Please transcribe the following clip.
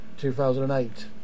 2008